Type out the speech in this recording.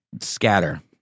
scatter